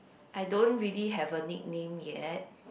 I don't really have a nickname yet